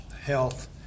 health